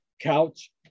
couch